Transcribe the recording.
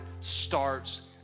starts